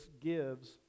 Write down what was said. gives